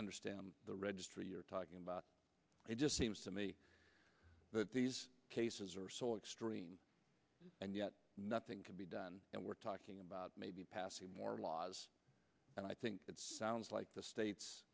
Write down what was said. understand the registry you're talking about it just seems to me that these cases are so extreme and yet nothing can be done and we're talking about maybe passing more laws and i think like the states